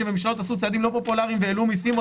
ממשלות עשו צעדים לא פופולריים והעלו מסים או